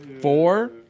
four